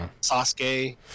Sasuke